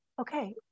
okay